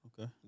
Okay